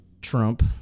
Trump